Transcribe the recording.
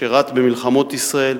שירת במלחמות ישראל,